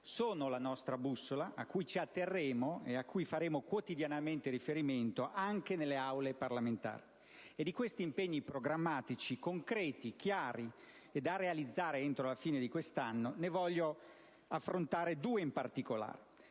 sono la nostra bussola, a cui ci atterremo e a cui faremo quotidianamente riferimento anche nelle Aule parlamentari. E di questi impegni programmatici, concreti, chiari e da realizzare entro la fine di quest'anno ne voglio affrontare due in particolare.